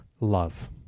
love